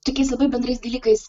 tokiais labai bendrais dalykais